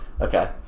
Okay